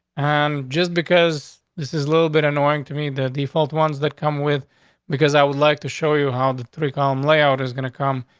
and just because this is a little bit annoying to me. the default ones that come with because i would like to show you how the three column layout is gonna come.